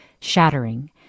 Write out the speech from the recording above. shattering